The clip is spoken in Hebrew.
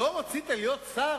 חבר הכנסת טיבי, זה לא יכול להיות.